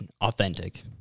authentic